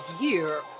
year